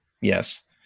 yes